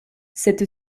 cette